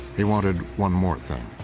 he wanted one more thing.